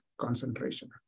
concentration